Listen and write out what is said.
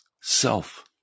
self